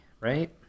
right